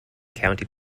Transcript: county